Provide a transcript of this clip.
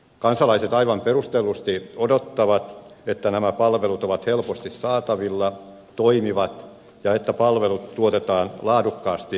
kansalaiset aivan perustellusti odottavat että nämä palvelut ovat helposti saatavilla toimivat ja että palvelut tuotetaan laadukkaasti ja tehokkaasti